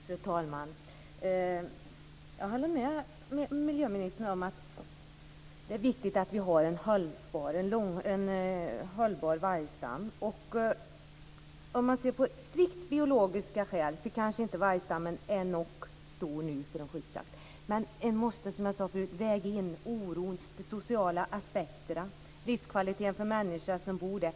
Fru talman! Jag håller med miljöministern om att det är viktigt att vi har en hållbar vargstam. Om man ser till strikt biologiska skäl kanske vargstammen inte är nog stor för skyddsjakt. Men man måste i detta beslut väga in oron, de sociala aspekterna och livskvaliteten för de människor som bor där.